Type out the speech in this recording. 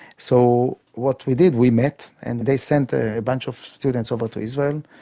so what we did, we met, and they sent a bunch of students over to israel.